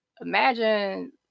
imagine